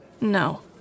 No